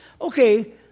okay